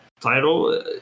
title